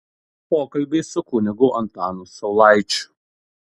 pokalbiai su kunigu antanu saulaičiu